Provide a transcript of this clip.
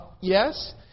yes